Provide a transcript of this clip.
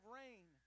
rain